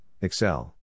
Excel